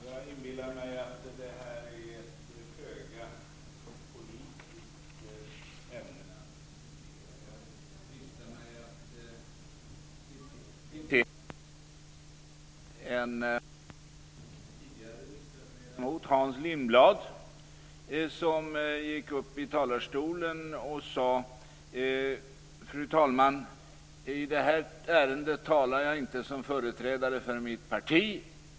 Fru talman! Jag inbillar mig att det här är ett föga politiskt ämne att diskutera. Jag dristar mig att citera en tidigare riksdagsledamot, Hans Lindblad, som gick upp i talarstolen och sade: Fru talman! I det här ärendet talar jag inte som företrädare för mitt parti.